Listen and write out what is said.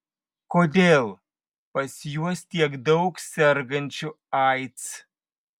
kodėl pas juos tiek daug sergančių aids